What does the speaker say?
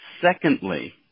secondly